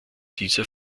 dieser